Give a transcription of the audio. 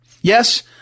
Yes